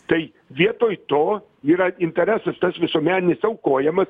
tai vietoj to yra interesas tas visuomeninis aukojamas